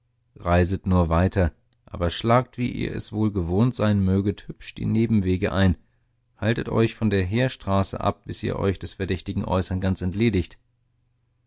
reiset nur weiter aber schlagt wie ihr es wohl gewohnt sein möget hübsch die nebenwege ein haltet euch von der heerstraße ab bis ihr euch des verdächtigen äußern ganz entledigt